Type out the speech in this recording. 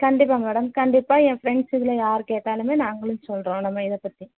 கண்டிப்பாக மேடம் கண்டிப்பாக என் ஃப்ரெண்ட்ஸ் இதில் யார் கேட்டாலும் நாங்களும் சொல்கிறோம் நம்ம இதை பற்றி